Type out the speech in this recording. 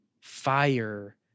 Fire